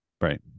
Right